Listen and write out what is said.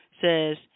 Says